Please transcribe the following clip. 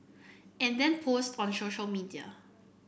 and then post on social media